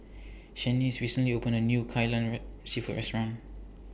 Shanice recently opened A New Kai Lan Red Seafood Restaurant